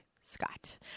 Scott